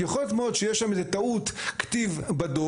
יכול להיות מאד שיש שם איזו טעות כתיב בדו"ח,